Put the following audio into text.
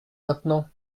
maintenant